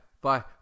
bye